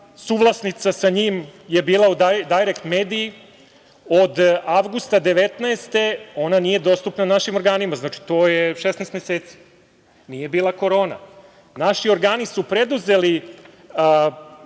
suvlasnica sa njim je bila u „Dajrekt mediji“. Od avgusta 2019. godine nije dostupna našim organima. Znači, to je 16 meseci, nije bila korona. Naši organi su preduzeli